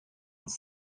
its